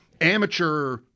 amateur